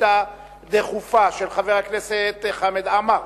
שאילתא דחופה של חבר הכנסת חמד עמאר: